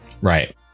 Right